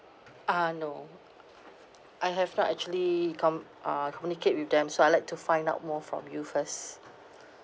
ah no I have not actually com~ ah communicate with them so I'd like to find out more from you first